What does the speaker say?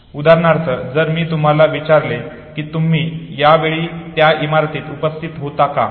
उदाहरणार्थ जर मी तुम्हाला विचारले की तुम्ही त्यावेळी त्या इमारतीत उपस्थित होता का